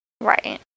Right